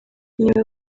niba